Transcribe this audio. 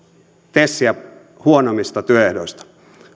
tesiä huonommista työehdoista